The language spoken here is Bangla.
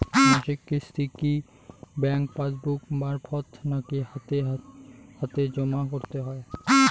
মাসিক কিস্তি কি ব্যাংক পাসবুক মারফত নাকি হাতে হাতেজম করতে হয়?